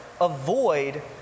avoid